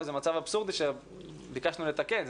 וזה מצב אבסורדי שביקשנו לתקן.